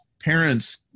parents